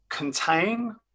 contain